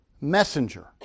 messenger